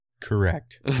Correct